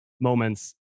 moments